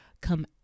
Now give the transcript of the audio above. come